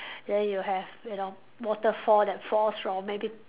then you have you know waterfall that falls from maybe